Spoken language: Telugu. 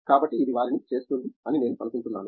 కాబట్టి ఇది వారిని చేస్తుంది అని నేను అనుకుంటున్నాను